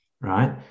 right